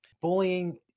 bullying